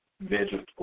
vegetable